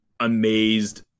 amazed